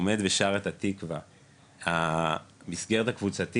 עומד ושר את התקווה המסגרת הקבוצתית